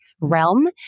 realm